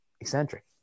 eccentric